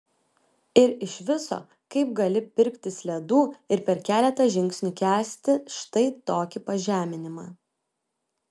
ir iš viso kaip gali pirktis ledų ir per keletą žingsnių kęsti štai tokį pažeminimą